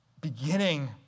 beginning